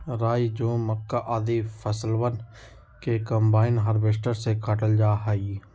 राई, जौ, मक्का, आदि फसलवन के कम्बाइन हार्वेसटर से काटल जा हई